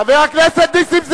חבר הכנסת נסים זאב,